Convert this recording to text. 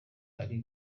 ari